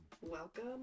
Welcome